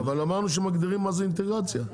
אבל אמרנו שמגדירים מה זה אינטגרציה,